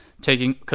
taking